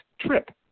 trip